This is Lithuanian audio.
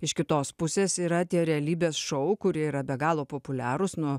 iš kitos pusės yra tie realybės šou kurie yra be galo populiarūs nu